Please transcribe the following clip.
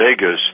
Vegas